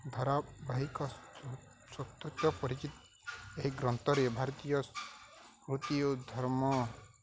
ଧାରାବାହିକ ପରିଚିତ ଏହି ଗ୍ରନ୍ଥରେ ଭାରତୀୟ ଓ ଧର୍ମ